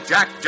Jack